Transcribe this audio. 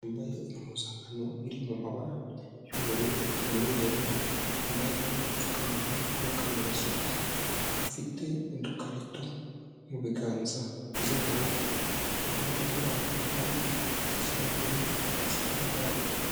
Umugabo wambaye impuzankano iri mu mabara y'ubururu, umweru, wambaye n'udupfukamunwa n'akanozasuku, bafite udukarito mu biganza byabo, iruhande rwabo hari ikirahure kigaragara.